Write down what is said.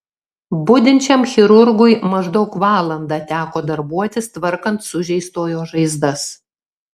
budinčiam chirurgui maždaug valandą teko darbuotis tvarkant sužeistojo žaizdas